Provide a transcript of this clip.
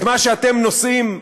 את מה שאתם נושאים,